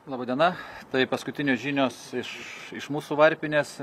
laba diena tai paskutinės žinios iš iš mūsų varpinės